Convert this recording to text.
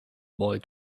boy